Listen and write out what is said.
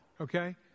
Okay